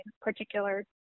particular